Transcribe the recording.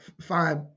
five